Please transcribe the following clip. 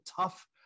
tough